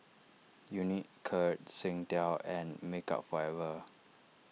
Unicurd Singtel and Makeup Forever